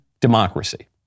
democracy